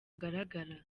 bugaragara